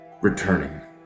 Returning